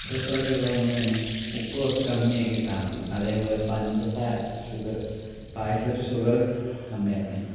പ്രഷറൊക്കെ ഉള്ളതുകൊണ്ട് തന്നെ ഉപ്പ് കുറച്ച് കമ്മിയാക്കി ഇട്ടാൽ മതി അതേപോലെ പഞ്ചസാര ഷുഗറ് പായസത്തില് ഷുഗറ് കമ്മിയാക്കണേ